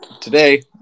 Today